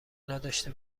نداشته